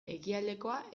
ekialdekoa